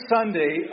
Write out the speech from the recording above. Sunday